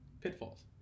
Pitfalls